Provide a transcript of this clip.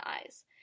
eyes